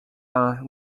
are